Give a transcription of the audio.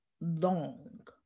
long